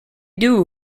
doo